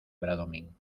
bradomín